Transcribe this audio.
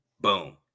boom